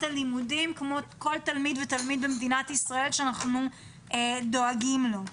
הלימודים כמו כל תלמיד ותלמיד במדינת ישראל שאנחנו דואגים לו.